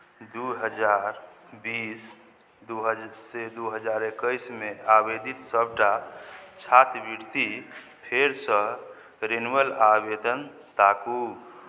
दू हजार बीस दू हज् सँ दू हजार एकैसमे आवेदित सभटा छात्रवृति फेरसँ रिनवल आवेदन ताकू